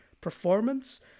performance